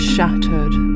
Shattered